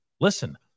Listen